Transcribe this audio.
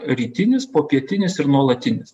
rytinis popietinis ir nuolatinis